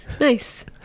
Nice